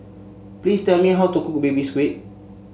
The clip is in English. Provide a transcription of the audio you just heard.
please tell me how to cook Baby Squid